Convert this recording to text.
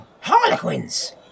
Harlequins